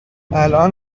الان